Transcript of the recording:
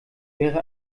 wäre